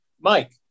Mike